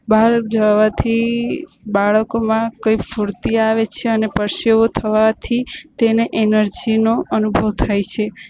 બહાર જવાથી બાળકોમાં કંઈ સ્ફૂર્તિ આવે છે અને પરસેવો થવાથી તેને એનર્જીનો અનુભવ થાય છે